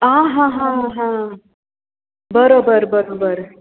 आं हां हां हां बरोबर बरोबर